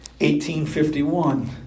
1851